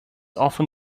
often